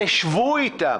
תשבו איתם.